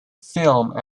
film